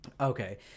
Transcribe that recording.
Okay